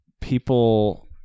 people